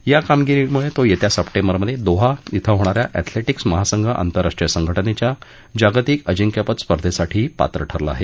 या कामगिरीमुळे तो येत्या सप्टेंबरमध्ये दोहा धिं होणा या अध्येलेटीक्स महासंघ आंतरराष्ट्रीय संघ जेच्या जागतिक अजिंक्यपद स्पर्धेसाठीही पात्र ठरला आहे